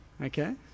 Okay